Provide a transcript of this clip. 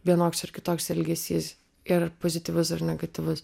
vienoks ar kitoks elgesys ir pozityvus ir negatyvus